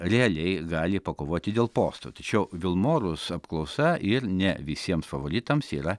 realiai gali pakovoti dėl posto tačiau vilmorus apklausa ir ne visiem favoritams yra